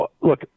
look